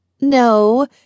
No